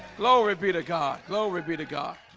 glory be to god glory be to god